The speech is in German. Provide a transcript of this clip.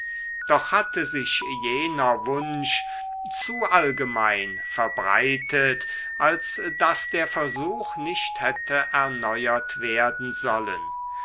doch hatte sich jener wunsch zu allgemein verbreitet als daß der versuch nicht hätte erneuert werden sollen